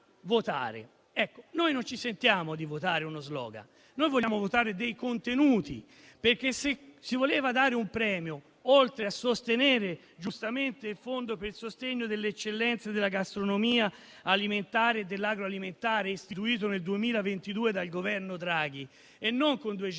Noi non ci sentiamo di votare uno *slogan*; noi vogliamo votare dei contenuti. Se si voleva dare un premio, oltre a sostenere giustamente il Fondo per il sostegno delle eccellenze della gastronomia alimentare e dell'agroalimentare, istituito nel 2022 dal Governo Draghi, e non con 200.000 euro